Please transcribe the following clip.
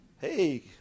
Hey